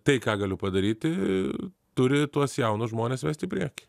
tai ką galiu padaryti turi tuos jaunus žmones vest į priekį